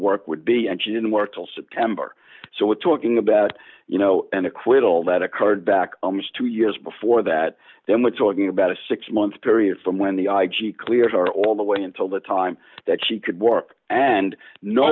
work would be and she didn't work till september so we're talking about you know an acquittal that occurred back almost two years before that then we're talking about a six month period from when the i g clears are all the way until the time that she could work and no